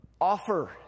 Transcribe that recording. Offer